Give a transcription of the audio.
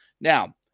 Now